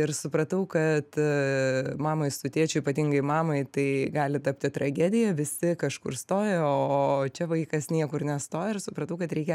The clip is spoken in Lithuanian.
ir supratau kad mamai su tėčiu ypatingai mamai tai gali tapti tragedija visi kažkur stoja o čia vaikas niekur nestoja supratau kad reikia